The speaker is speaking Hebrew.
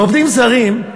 בעובדים זרים,